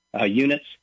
units